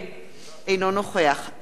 אינו נוכח אריה ביבי,